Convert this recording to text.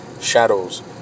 shadows